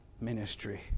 ministry